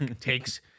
takes